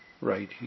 right